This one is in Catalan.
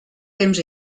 temps